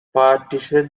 partisan